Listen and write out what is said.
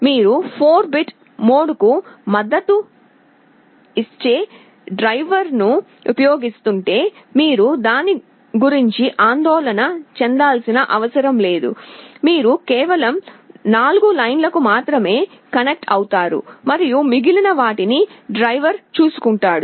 మీరు 4 బిట్ మోడ్కు మద్దతిచ్చే డ్రైవర్ను ఉపయోగిస్తుంటే మీరు దాని గురించి ఆందోళన చెందాల్సిన అవసరం లేదు మీరు కేవలం 4 లైన్లకు మాత్రమే కనెక్ట్ అవుతారు మరియు మిగిలిన వాటిని డ్రైవర్స్ చూసుకుంటాయి